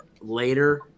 later